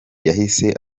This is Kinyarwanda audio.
yahise